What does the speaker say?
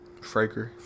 Fraker